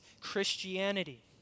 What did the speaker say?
Christianity